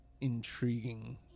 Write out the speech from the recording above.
intriguing